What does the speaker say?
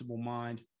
mind